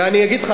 ואני אגיד לך,